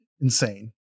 insane